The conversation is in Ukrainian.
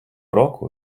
року